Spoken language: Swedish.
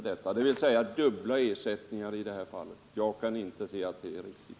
Det blir dubbla ersättningar, och jag kan inte finna att det är riktigt.